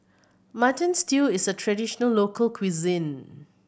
Mutton Stew is a traditional local cuisine